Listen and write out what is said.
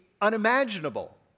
unimaginable